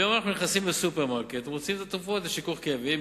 היום אנחנו נכנסים לסופרמרקט ומוצאים תרופות לשיכוך כאבים,